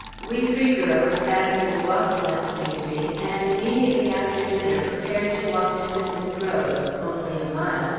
we three girls fancied a walk last evening, and immediately after dinner prepared to walk to mrs. breaux's, only a mile,